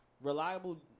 reliable